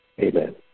Amen